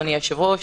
אדוני היושב-ראש,